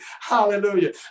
Hallelujah